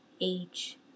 age